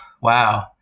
wow